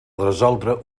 resoldre